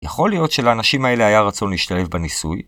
יכול להיות שלאנשים האלה היה רצון להשתלב בניסוי?